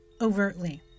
overtly